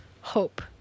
hope